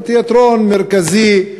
אבל תיאטרון מרכזי,